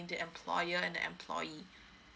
the employer and the employee